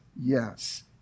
yes